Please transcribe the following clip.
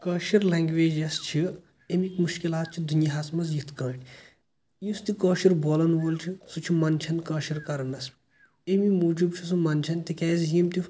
کٲشِر language یۄس چھِ اَمِکۍ مُشکِلات چھِ دُنیاہَس منٛز یِتھ کٲنٛٹھۍ یُس تہِ کٲشُر بولان وول چھُ سُہ چھُ منٛدچھان کٲشُر کَرنَس أمی موٗجوٗب چھُ سُہ منٛدچھان تِکیازِ یِم تہِ